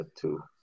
two